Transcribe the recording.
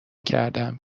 کردم